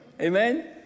amen